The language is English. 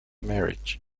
marriage